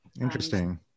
Interesting